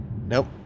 Nope